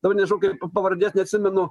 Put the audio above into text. dabar nežinau kaip pavardės neatsimenu